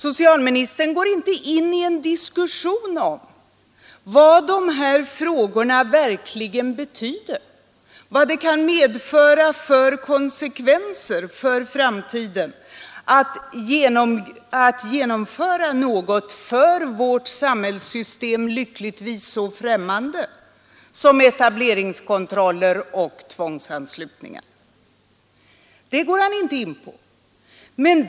Socialministern går inte in i en diskussion om vad de här frågorna verkligen betyder och vad det kan få för konsekvenser för framtiden att genomföra något för vårt samhällssystem lyckligtvis så fträmmande som tvångsanslutningar och etableringskontroller.